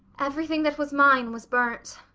everything that was mine was burnt.